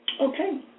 Okay